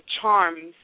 charms